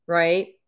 right